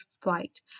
flight